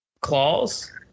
claws